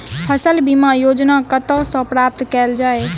फसल बीमा योजना कतह सऽ प्राप्त कैल जाए?